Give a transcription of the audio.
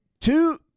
Two